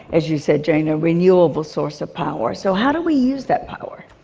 as you said, jane, a renewable source of power. so how do we use that power?